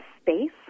space